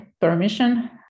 permission